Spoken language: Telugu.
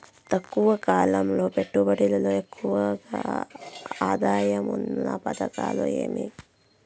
తక్కువ కాలం పెట్టుబడిలో ఎక్కువగా ఆదాయం ఉన్న పథకాలు ఏమి?